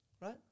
right